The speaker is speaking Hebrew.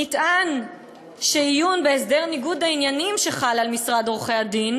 נטען שעיון בהסדר ניגוד העניינים שחל על משרד עורכי-הדין